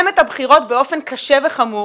זיהם את הבחירות באופן קשה וחמור,